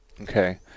Okay